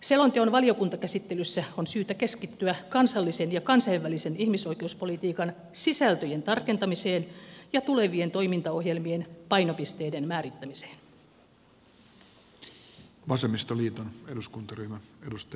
selonteon valiokuntakäsittelyssä on syytä keskittyä kansallisen ja kansainvälisen ihmisoikeuspolitiikan sisältöjen tarkentamiseen ja tulevien toimintaohjelmien painopisteiden määrittämiseen